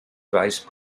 vice